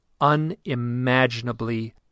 unimaginably